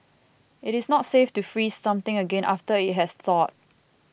it is not safe to freeze something again after it has thawed